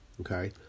Okay